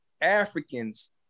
Africans